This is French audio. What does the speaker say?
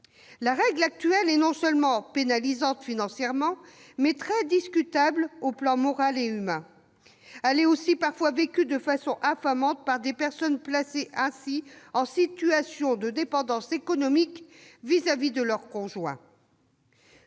La règle actuelle est non seulement pénalisante financièrement, mais très discutable sur le plan moral et humain. Elle est aussi parfois vécue de façon infamante par des personnes placées ainsi en situation de dépendance économique vis-à-vis de leur conjoint.